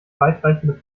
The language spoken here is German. weitreichende